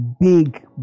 big